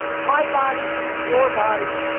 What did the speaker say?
my body, your body,